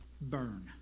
burn